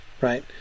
right